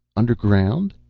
underground?